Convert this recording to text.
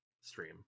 stream